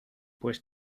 pues